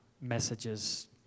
messages